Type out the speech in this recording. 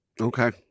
Okay